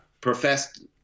professed